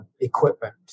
equipment